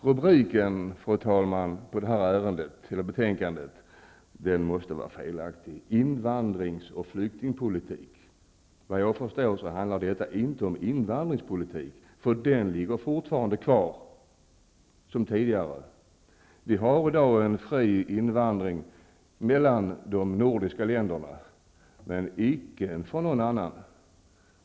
Rubriken på det här betänkandet måste vara felaktig, fru talman: ''Invandringar och flyktingpolitiken''. Enligt vad jag förstår handlar detta inte om invandringspolitik -- den ligger fast sedan tidigare. Vi har i dag en fri invandring från de andra nordiska länderna men icke från några andra länder.